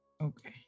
Okay